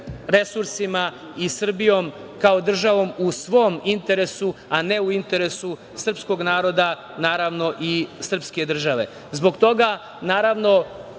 resursima i Srbijom kao državom u svom interesu, a ne u interesu srpskog naroda, naravno i srpske države. Zbog toga apelujem